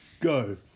go